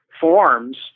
forms